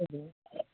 okay